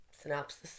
synopsis